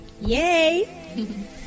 Yay